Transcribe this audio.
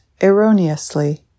erroneously